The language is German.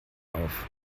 auf